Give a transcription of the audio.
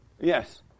Yes